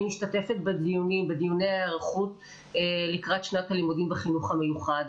משתתפת בדיוני ההיערכות לקראת שנת הלימודים בחינוך המיוחד.